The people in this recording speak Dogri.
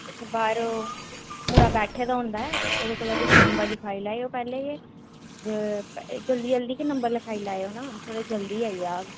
इत्थे बाह्र मुड़ा बैठे दा होंदा ऐ ओह्दे कोलां तुस नंबर लखाई लैएओ पैह्लें गै जल्दी जल्दी गै नंबर लखाई लैएयो न थोह्ड़ी जल्दी आई जाह्ग